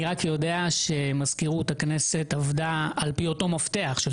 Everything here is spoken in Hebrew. אני רק יודע שמזכירות הכנסת עבדה על פי אותו מפתח של